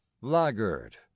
laggard